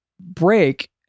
break